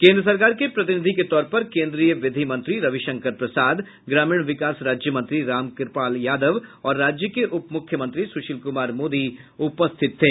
केन्द्र सरकार के प्रतिनिधि के तौर पर केन्द्रीय विधि मंत्री रविशंकर प्रसाद ग्रामीण विकास राज्य मंत्री रामकृपाल यादव और राज्य के उपमुख्यमंत्री सुशील कुमार मोदी उपस्थित थे